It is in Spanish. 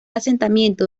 asentamiento